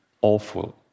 awful